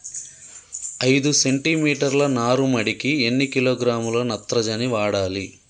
ఐదు సెంటిమీటర్ల నారుమడికి ఎన్ని కిలోగ్రాముల నత్రజని వాడాలి?